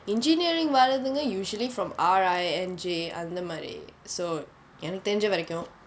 engineering வரதுங்க:varathunga usually from R_I N_J அந்த மாதிரி:antha maathiri so எனக்கு தெரிஞ்ச வரைக்கும்:enakku therinja varaikkum